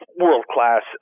world-class